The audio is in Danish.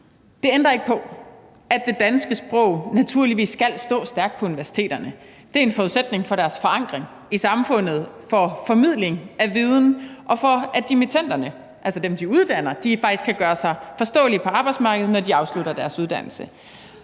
Det ændrer ikke på, at det danske sprog naturligvis skal stå stærkt på universiteterne. Det er en forudsætning for deres forankring i samfundet, for formidling af viden, og for, at dimittenderne, altså dem, de uddanner, faktisk kan gøre sig forståelige på arbejdsmarkedet, når de afslutter deres uddannelse.